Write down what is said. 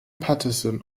paterson